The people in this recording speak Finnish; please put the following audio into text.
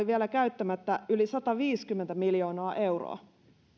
vielä käyttämättä yli sataviisikymmentä miljoonaa euroa